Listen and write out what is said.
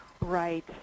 Right